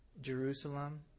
Jerusalem